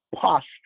posture